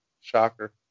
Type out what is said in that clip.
Shocker